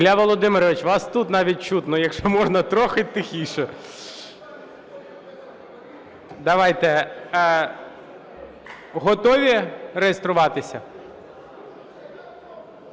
Ілля Володимирович, вас тут навіть чутно. Якщо можна, трохи тихіше. Готові реєструватися?